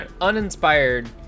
uninspired